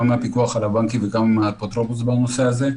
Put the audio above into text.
גם עם הפיקוח על הבנקים וגם עם האפוטרופוס בנושא הזה.